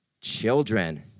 Children